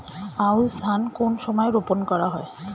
আউশ ধান কোন সময়ে রোপন করা হয়?